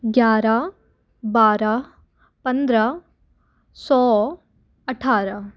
ग्यारह बारह पंद्रह सौ अट्ठारह